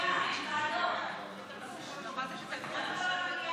ההצעה להעביר את הנושא לוועדה שתקבע הוועדה המסדרת נתקבלה.